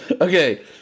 Okay